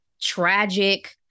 tragic